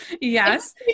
Yes